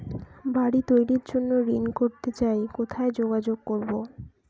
বাড়ি তৈরির জন্য ঋণ করতে চাই কোথায় যোগাযোগ করবো?